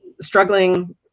struggling